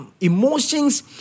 emotions